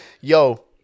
Yo